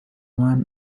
one